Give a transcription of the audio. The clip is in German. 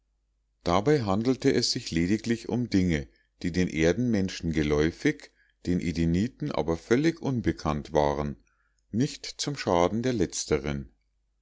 dabei handelte es sich lediglich um dinge die den erdenmenschen geläufig den edeniten aber völlig unbekannt waren nicht zum schaden der letzteren